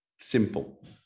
simple